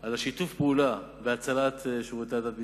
על שיתוף הפעולה בהצלת שירותי הדת בישראל,